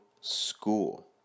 School